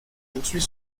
poursuit